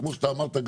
וכמו שאמרת,